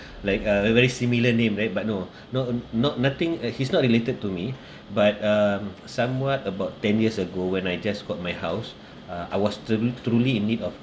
like uh a very similar name right but no ah not not nothing uh he's not related to me but um somewhat about ten years ago when I just got my house uh I was tru~ truly in need of